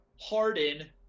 Harden